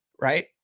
Right